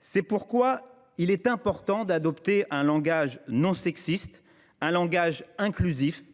C’est pourquoi il est important d’adopter un langage non sexiste, un langage inclusif,